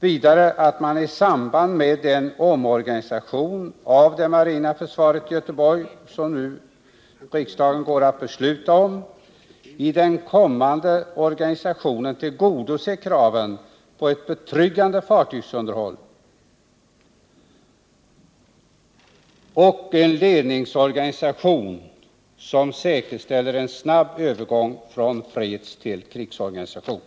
Vidare menar jag att man i samband med det fortsatta arbetet på omorganisation av det marina försvaret i Göteborg, som riksdagen nu går att besluta om, måste tillgodose kraven på ett betryggande fartygsunderhåll på västkusten och en ledningsorganisation, som säkerställer en snabb och säker övergång från fredstill krigsorganisation.